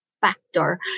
factor